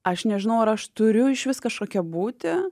aš nežinau ar aš turiu išvis kažkokia būti